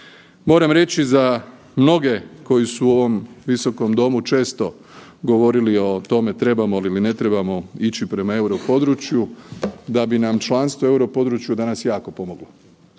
Moram reći za mnoge koji su u ovom visokom domu često govorili o tome trebamo li ili ne trebamo ići prema Europodručju da bi nam članstvo u Europodručju danas jako pomoglo.